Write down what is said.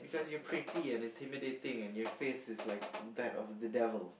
cause you're pretty and intimidating and your face is like to that of a devil